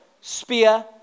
spear